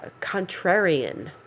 contrarian